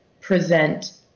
present